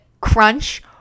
crunch